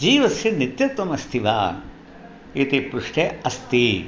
जीवस्य नित्यत्वमस्ति वा इति पृष्टे अस्ति